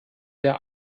der